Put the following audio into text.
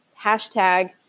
hashtag